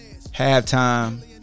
halftime